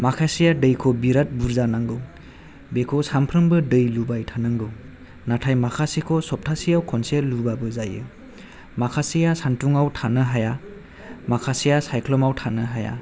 माखासेया दैखौ बिराद बुरजा नांगौ बेखौ सानफ्रामबो दै लुबाय थानांगौ नाथाय माखासेखौ सपतायाव खनसे लुबाबो जायो माखासेया सानदुंयाव थानो हाया माखासेया सायख्लुमाव थानो हाया